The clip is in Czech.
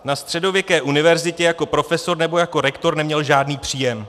Na středověké univerzitě jako profesor nebo jako rektor neměl žádný příjem.